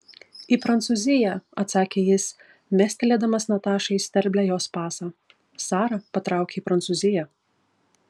į prancūziją atsakė jis mestelėdamas natašai į sterblę jos pasą sara patraukė į prancūziją